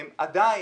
אבל עדיין,